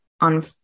on